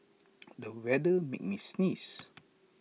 the weather made me sneeze